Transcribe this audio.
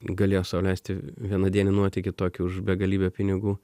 galėjo sau leisti vienadienį nuotykį tokį už begalybę pinigų